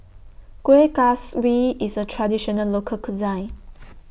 Kuih Kaswi IS A Traditional Local Cuisine